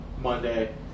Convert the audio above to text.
Monday